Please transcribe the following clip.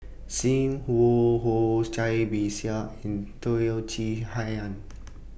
SIM Wong Hoo Cai Bixia and Teo Chee Hean